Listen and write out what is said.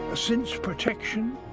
ah since protection,